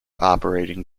operating